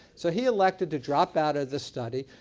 so he elected to drop out of the study.